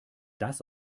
das